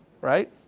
right